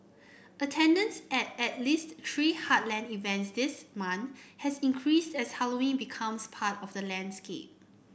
attendance at at least three heartland events this month has increased as Halloween becomes part of the landscape